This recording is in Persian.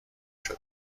شده